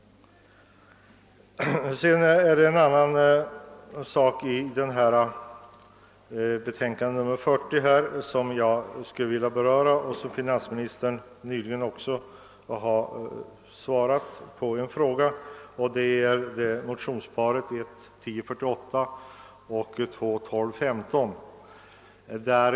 Det finns en annan sak i bevillningsutskottets betänkande nr 40 som jag skulle vilja beröra. Det gäller motionsparet I: 1048 och II: 1215.